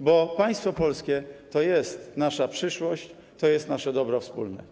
bo państwo polskie to jest nasza przyszłość, to jest nasze dobro wspólne.